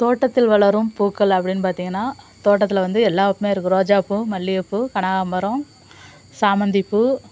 தோட்டத்தில் வளரும் பூக்கள் அப்படின்னு பார்த்தீங்கன்னா தோட்டத்தில் வந்து எல்லாமே இருக்கிறோம் ரோஜா பூ மல்லிகைப்பூ கனகாபரம் சாமந்தி பூ